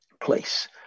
place